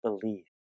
believe